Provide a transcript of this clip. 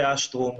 אשטרום.